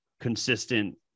consistent